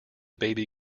baby